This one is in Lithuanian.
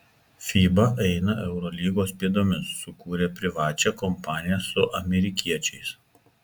fiba eina eurolygos pėdomis sukūrė privačią kompaniją su amerikiečiais